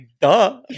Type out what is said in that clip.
duh